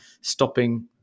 stopping